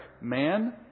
man